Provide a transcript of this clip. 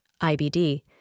IBD